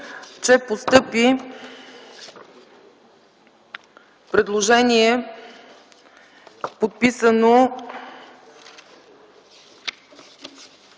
че постъпи предложение, подписано